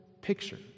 picture